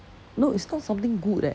no it's not something good eh